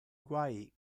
guai